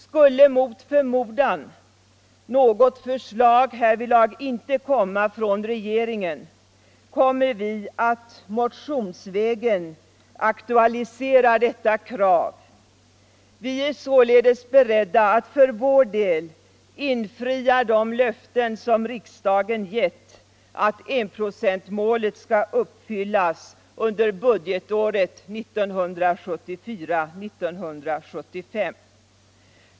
Skulle mot förmodan något förslag härvidlag inte komma från regeringen kommer vi att motionsvägen aktualisera detta krav. Vi är således beredda att för vår del infria de löften som riksdagen givit att enprocentsmålet skall uppfyllas under budgetåret 1974/75.